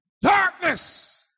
Darkness